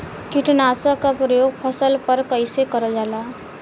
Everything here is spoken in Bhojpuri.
कीटनाशक क प्रयोग फसल पर कइसे करल जाला?